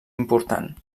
important